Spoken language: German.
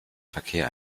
verkehr